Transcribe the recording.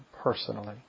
personally